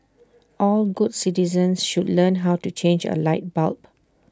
all good citizens should learn how to change A light bulb